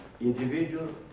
individual